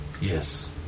Yes